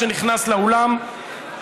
נכנס לאולם,